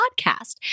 podcast